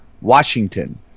Washington